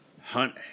hunt